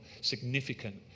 significant